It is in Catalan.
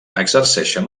exerceixen